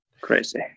Crazy